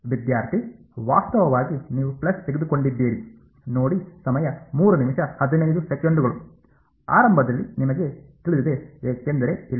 ವಿದ್ಯಾರ್ಥಿ ವಾಸ್ತವವಾಗಿ ನೀವು ಪ್ಲಸ್ ತೆಗೆದುಕೊಂಡಿದ್ದೀರಿ ಆರಂಭದಲ್ಲಿ ನಿಮಗೆ ತಿಳಿದಿದೆ ಏಕೆಂದರೆ ಇಲ್ಲಿ